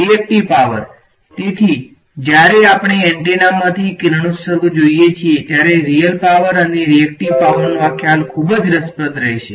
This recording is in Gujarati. રીએકટીવ પાવર તેથી જ્યારે આપણે એન્ટેનામાંથી કિરણોત્સર્ગ જોઈએ ત્યારે રીયલ પાવરનો આ ખ્યાલ ખૂબ જ રસપ્રદ રહેશે